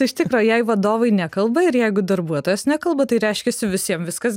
iš tikro jei vadovai nekalba ir jeigu darbuotojas nekalba tai reiškiasi visiem viskas